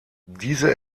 diese